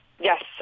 Yes